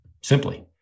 simply